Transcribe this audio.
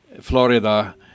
Florida